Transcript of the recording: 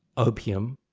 opium,